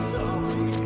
sorry